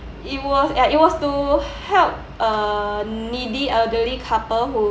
it was uh it was to help a needy elderly couple who